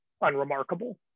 unremarkable